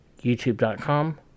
youtube.com